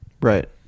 Right